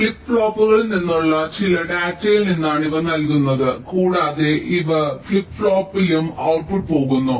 flip ഫ്ലോപ്പുകളിൽ നിന്നുള്ള ചില ഡാറ്റയിൽ നിന്നാണ് ഇവ നൽകുന്നത് കൂടാതെ ഇവിടെ ഫ്ലിപ്പ് ഫ്ലോപ്പിലും ഔട്ട്പുട്ട് പോകുന്നു